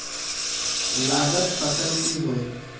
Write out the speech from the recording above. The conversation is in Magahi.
लागत फसल की होय?